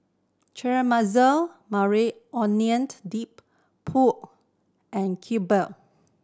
Caramelize Maui Onioned Dip Pho and Kimbap